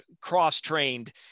cross-trained